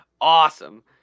awesome